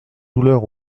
douleur